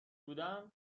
بودم